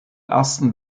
ersten